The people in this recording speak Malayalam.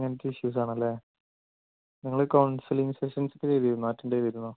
ഇങ്ങനത്തെ ഇഷ്യൂസാണല്ലേ നിങ്ങള് കൗൺസിലിങ് സെഷൻസൊക്കെ ചെയ്തിരുന്നുവോ അറ്റൻഡ് ചെയ്തിരുന്നുവോ